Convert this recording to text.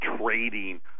trading